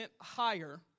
higher